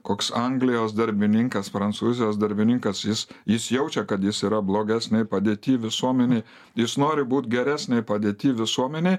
koks anglijos darbininkas prancūzijos darbininkas jis jis jaučia kad jis yra blogesnėj padėty visuomenėj jis nori būt geresnėj padėty visuomenėj